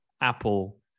Apple